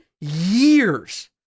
years